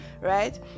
right